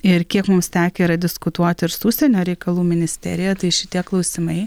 ir kiek mums tekę diskutuoti ir su užsienio reikalų ministerija tai šitie klausimai